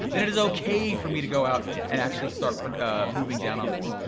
then it is okay for me to go out and actually start moving down on this.